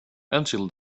until